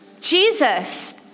Jesus